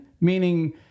meaning